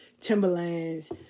Timberlands